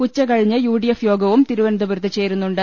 ഉച്ചകഴിഞ്ഞ് U D F യോഗവും തിരുവനന്തപുരത്ത് ചേരുന്നുണ്ട്